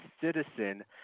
citizen